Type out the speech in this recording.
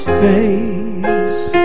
face